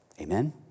Amen